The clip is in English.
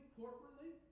corporately